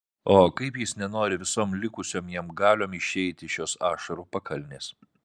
o kaip jis nenori visom likusiom jam galiom išeiti iš šios ašarų pakalnės